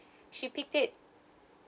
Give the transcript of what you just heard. she picked it